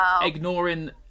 ignoring